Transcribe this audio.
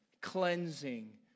cleansing